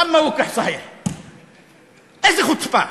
איזה חוצפה,